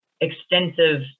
extensive